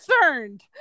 concerned